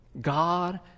God